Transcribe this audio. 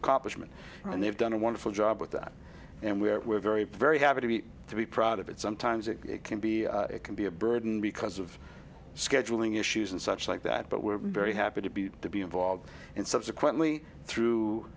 accomplishment and they've done a wonderful job with that and we were very very happy to be to be proud of it sometimes it can be it can be a burden because of scheduling issues and such like that but we're very happy to be to be involved in subsequently through